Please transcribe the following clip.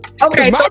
Okay